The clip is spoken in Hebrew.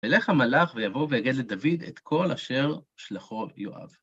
ולך המלאך ויבוא ויגד לדוד את כל אשר שלחו יואב.